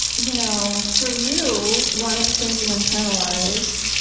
you know for you, one of the things you internalized,